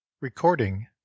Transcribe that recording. Recording